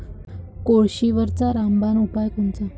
कोळशीवरचा रामबान उपाव कोनचा?